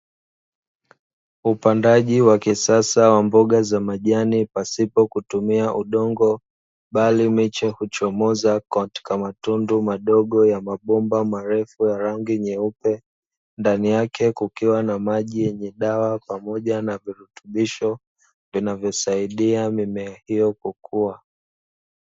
Upandaji wa kisasa wa mboga za majani pasipo kutumia udongo bali miche huchomoza katika matundu madogo ya mabomba marefu ya rangi nyeupe, ndani yake kukiwa na maji yenye dawa pamoja na virutubisho vinavyosaidia mimea hiyo kukua.